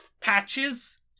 patches